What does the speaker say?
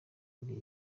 kuri